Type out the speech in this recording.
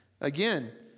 Again